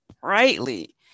brightly